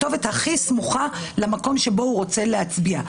הכי סמוכה למקום שבו הוא רוצה להצביע.